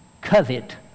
covet